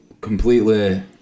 completely